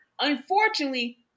Unfortunately